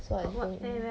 so I going